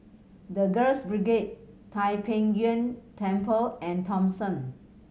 The Girls Brigade Tai Pei Yuen Temple and Thomson